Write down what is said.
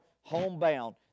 homebound